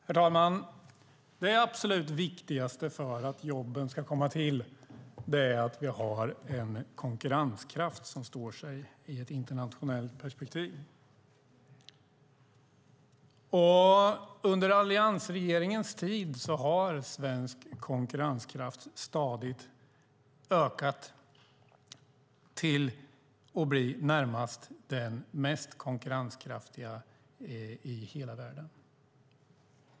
Herr talman! Det absolut viktigaste för att jobben ska komma till är att vi har en konkurrenskraft som står sig i ett internationellt perspektiv. Under alliansregeringens tid har svensk konkurrenskraft stadigt ökat till att närmast bli den mest konkurrenskraftiga i hela världen.